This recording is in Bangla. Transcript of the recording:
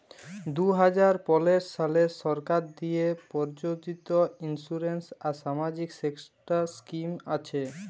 দু হাজার পলের সালে সরকার দিঁয়ে পরযোজিত ইলসুরেলস আর সামাজিক সেক্টর ইস্কিম আসে